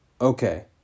okay